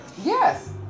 Yes